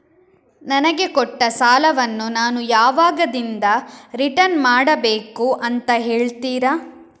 ನನಗೆ ಕೊಟ್ಟ ಸಾಲವನ್ನು ನಾನು ಯಾವಾಗದಿಂದ ರಿಟರ್ನ್ ಮಾಡಬೇಕು ಅಂತ ಹೇಳ್ತೀರಾ?